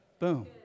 Boom